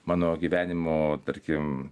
mano gyvenimo tarkim